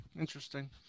Interesting